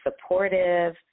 supportive